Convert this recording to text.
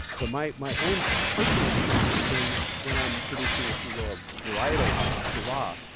but my my own personal experience has been when i'm producing, if you will, a varietal wine, a sirah.